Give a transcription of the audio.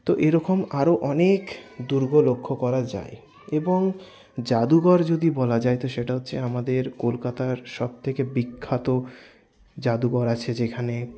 তো এইরকম আরও অনেক দুর্গ লক্ষ্য করা যায় এবং জাদুঘর যদি বলা যায় তো সেটা হচ্ছে আমাদের কলকাতার সব থেকে বিখ্যাত জাদুঘর আছে যেখানে